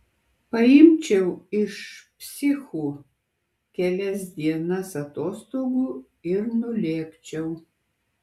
paimčiau iš psichų kelias dienas atostogų ir nulėkčiau